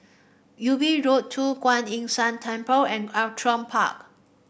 Ubi Road Two Kuan Yin San Temple and Outram Park